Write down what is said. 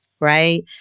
Right